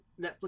Netflix